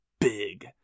big